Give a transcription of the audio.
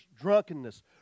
drunkenness